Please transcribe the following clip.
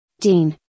Dean